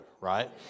right